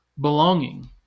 belonging